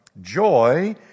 joy